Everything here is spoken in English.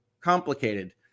complicated